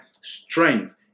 strength